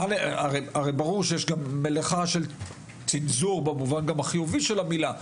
הרי ברור שיש גם מלאכה של צנזור במובן גם החיובי של המילה,